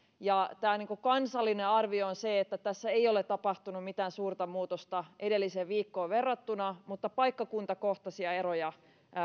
tämä kansallinen arvio on se että tässä ei ole tapahtunut mitään suurta muutosta edelliseen viikkoon verrattuna mutta paikkakuntakohtaisia eroja